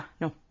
no